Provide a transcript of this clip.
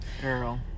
girl